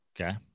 Okay